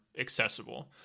accessible